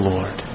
Lord